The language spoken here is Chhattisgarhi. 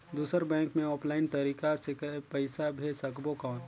दुसर बैंक मे ऑफलाइन तरीका से पइसा भेज सकबो कौन?